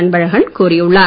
அன்பழகன் கூறியுள்ளார்